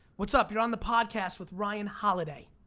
what's up? you're on the podcast with ryan holiday.